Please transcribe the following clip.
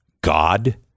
God